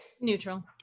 Neutral